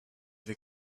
have